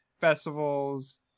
festivals